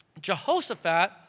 Jehoshaphat